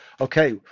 okay